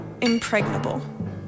impregnable